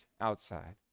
outside